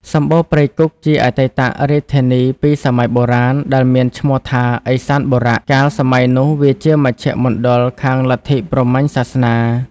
សម្បូណ៌ព្រៃគុហ៍ជាអតីតរាជធានីពីសម័យបុរាណ ដែលមានឈ្មោះថា ឥសានបុរៈ កាលសម័យនោះ វាជាមជ្ឈមណ្ឌលខាងលទ្ធិ ព្រហ្មញ្ញសាសនា។